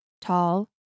tall